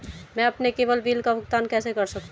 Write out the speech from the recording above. मैं अपने cable bill का भुगतान कैसे कर सकता हूँ?